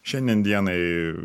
šiandien dienai